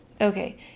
Okay